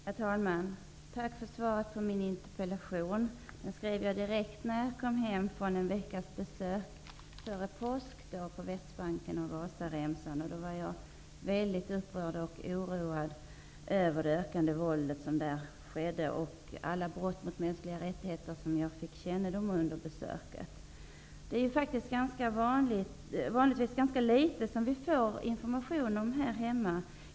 Herr talman! Tack för svaret på min interpellation. Jag skrev den direkt när jag kom hem efter en veckas besök före påsken på Västbanken och Gazaremsan. Jag var då mycket upprörd och oroad över det ökande våld som där förekom och över alla de brott mot mänskliga rättigheter som jag fick kännedom om under besöket. Det är vanligtvis ganska litet information som vi får om detta här hemma.